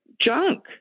junk